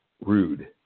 rude